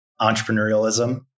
entrepreneurialism